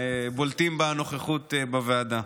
מהבולטים בנוכחות בוועדה.